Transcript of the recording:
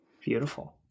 Beautiful